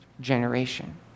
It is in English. generation